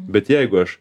bet jeigu aš